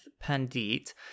Pandit